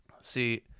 See